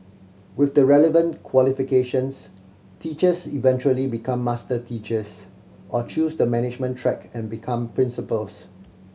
with the relevant qualifications teachers eventually become master teachers or choose the management track and become principals